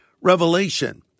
Revelation